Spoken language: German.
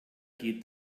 geht